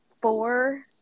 four